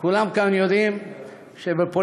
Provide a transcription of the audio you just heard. וכולם כאן יודעים שבפוליטיקה,